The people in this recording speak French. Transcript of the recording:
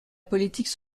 politique